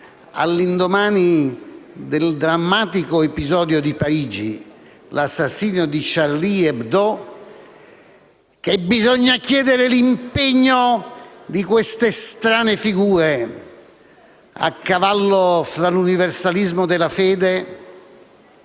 all'indomani del drammatico episodio di Parigi, l'assassinio di Charlie Hebdo, che bisogna chiedere l'impegno di queste strane figure a cavallo tra l'universalismo della fede